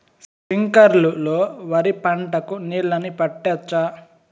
స్ప్రింక్లర్లు లో వరి పంటకు నీళ్ళని పెట్టొచ్చా?